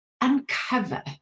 uncover